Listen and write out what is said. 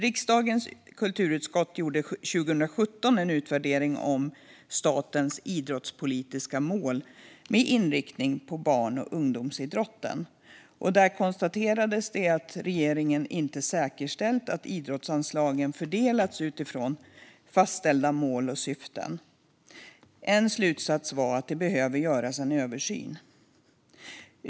Riksdagens kulturutskott gjorde 2017 en utvärdering av statens idrottspolitiska mål med inriktning på barn och ungdomsidrotten. I utvärderingen konstaterades det att regeringen inte säkerställt att idrottsanslagen fördelats utifrån fastställda mål och syften. En slutsats var att det behöver göras en översyn.